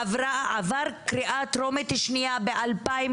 עבר קריאה טרומית שנייה ב-2019,